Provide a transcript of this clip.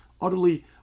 utterly